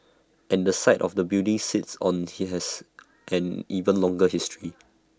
and the site the building sits on he has an even longer history